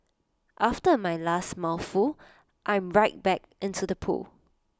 after my last mouthful I'm right back into the pool